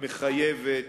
מחייבת,